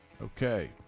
okay